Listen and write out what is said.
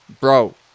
bro